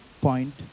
point